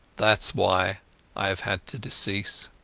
thatas why i have had to decease